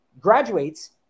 graduates